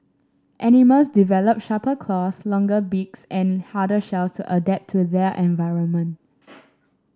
animals develop sharper claws longer beaks and harder shells to adapt to their environment